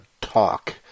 talk